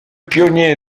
pionnier